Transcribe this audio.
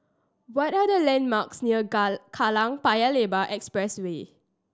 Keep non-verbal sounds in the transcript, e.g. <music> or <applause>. what are the landmarks near <unintelligible> Kallang Paya Lebar Expressway